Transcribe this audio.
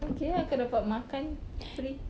okay ah kau dapat makan free